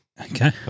Okay